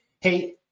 hey